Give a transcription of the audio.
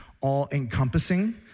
all-encompassing